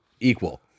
equal